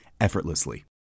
effortlessly